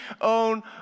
own